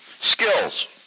Skills